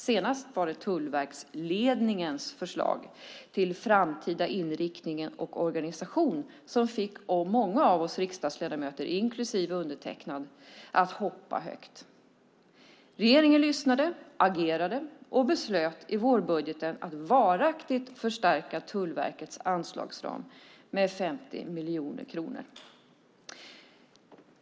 Senast var det tullverksledningens förslag till framtida inriktning och organisation som fick många av oss riksdagsledamöter, inklusive undertecknad, att hoppa högt. Regeringen lyssnade, agerade och beslöt i vårbudgeten att varaktigt förstärka Tullverkets anslagsram med 50 miljoner kronor.